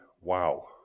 wow